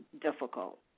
difficult